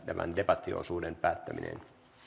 tämän debattiosuuden päättäminen